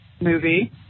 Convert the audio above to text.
movie